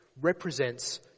represents